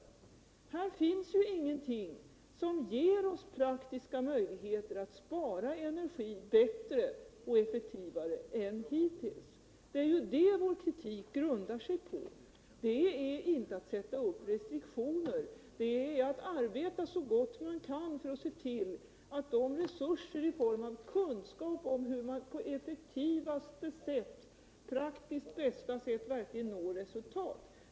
Och här finns ingenting som ger oss praktiska möjligheter att spara energi bättre och effektivare än hittills. Det är det vår krivik grundar sig på. Det är inte att sätta upp restriktioner; det är att arbeta så gott man kan med de resurser man har i form av kunskap om hur man på effektivaste och praktiskt bästa sätt når bästa resultat.